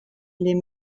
les